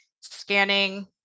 scanning